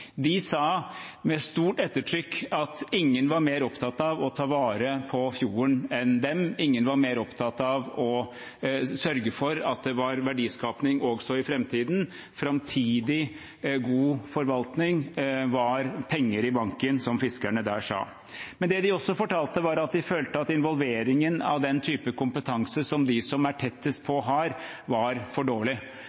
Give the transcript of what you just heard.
De sa med stort ettertrykk at ingen var mer opptatt av å ta vare på fjorden enn dem, ingen var mer opptatt av å sørge for at det var verdiskaping også i framtiden. Framtidig god forvaltning er penger i banken, som fiskerne der sa. Det de også fortalte, var at de følte at involveringen av den type kompetanse de som er tettest på